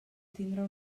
tindre